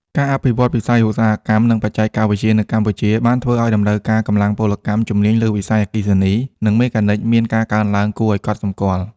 ការអភិវឌ្ឍន៍វិស័យឧស្សាហកម្ម និងបច្ចេកវិទ្យានៅកម្ពុជា បានធ្វើឱ្យតម្រូវការកម្លាំងពលកម្មជំនាញលើវិស័យអគ្គិសនី និងមេកានិកមានការកើនឡើងគួរឱ្យកត់សម្គាល់។